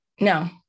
No